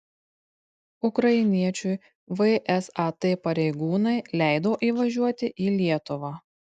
ukrainiečiui vsat pareigūnai leido įvažiuoti į lietuvą